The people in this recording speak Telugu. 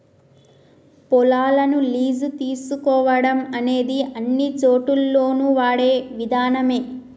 పొలాలను లీజు తీసుకోవడం అనేది అన్నిచోటుల్లోను వాడే విధానమే